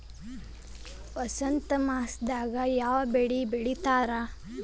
ವಸಂತ ಮಾಸದಾಗ್ ಯಾವ ಬೆಳಿ ಬೆಳಿತಾರ?